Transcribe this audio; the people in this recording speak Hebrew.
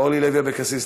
אורלי לוי אבקסיס,